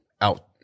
out